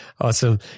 Awesome